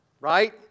Right